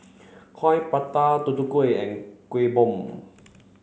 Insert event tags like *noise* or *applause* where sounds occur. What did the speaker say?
*noise* coin prata Tutu Kueh and Kuih Bom